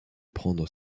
prendre